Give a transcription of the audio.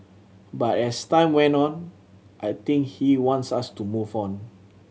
but as time went on I think he wants us to move on